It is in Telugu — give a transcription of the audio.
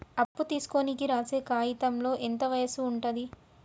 అప్పు తీసుకోనికి రాసే కాయితంలో ఎంత వయసు ఉంటది?